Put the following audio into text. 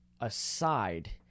aside